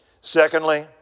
Secondly